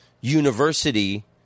university